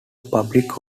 public